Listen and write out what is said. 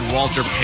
Walter